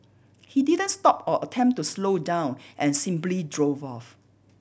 he didn't stop or attempt to slow down and simply drove off